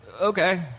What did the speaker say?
okay